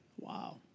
Wow